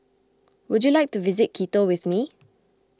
would you like to visit Quito with me